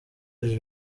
iri